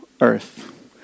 earth